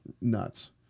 nuts